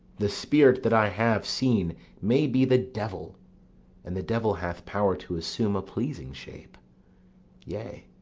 the spirit that i have seen may be the devil and the devil hath power to assume a pleasing shape yea,